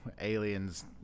aliens